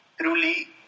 truly